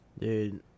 Dude